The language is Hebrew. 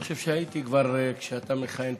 אני חושב שכבר הייתי כשאתה מכהן,